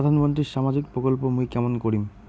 প্রধান মন্ত্রীর সামাজিক প্রকল্প মুই কেমন করিম?